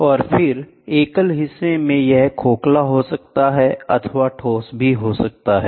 और फिर एकल हिस्सा में यह खोखला हो सकता है यह ठोस हो सकता है